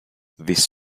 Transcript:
this